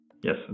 Yes